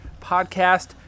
podcast